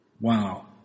Wow